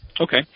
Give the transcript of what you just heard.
Okay